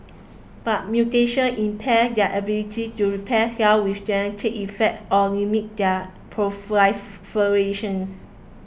but mutations impair their ability to repair cells with genetic effects or limit their proliferations